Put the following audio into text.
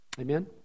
Amen